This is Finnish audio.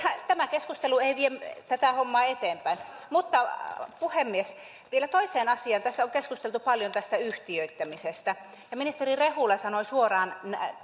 tämä keskustelu ei vie tätä hommaa eteenpäin mutta puhemies vielä toiseen asiaan tässä on keskusteltu paljon tästä yhtiöittämisestä ministeri rehula sanoi